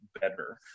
better